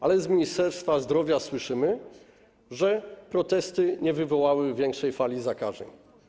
Ale z Ministerstwa Zdrowia słyszymy, że protesty nie wywołały większej fali zakażeń.